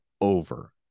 over